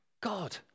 God